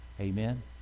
Amen